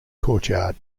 courtyard